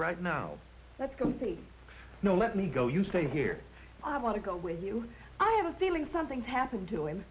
right now let's go see no let me go you stay here i want to go with you i have a feeling something's happened to him